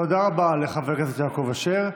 תודה רבה לחבר הכנסת יעקב אשר.